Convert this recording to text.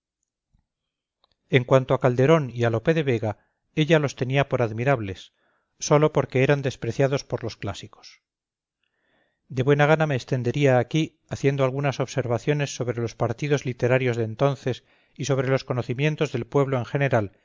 en cuanto a calderón y a lope de vega ella los tenía por admirables sólo porque eran despreciados por los clásicos de buena gana me extendería aquí haciendo algunas observaciones sobre los partidos literarios de entonces y sobre los conocimientos del pueblo en general